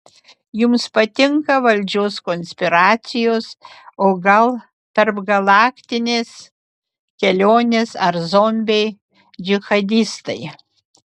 jums patinka valdžios konspiracijos o gal tarpgalaktinės kelionės ar zombiai džihadistai